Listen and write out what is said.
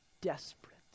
desperate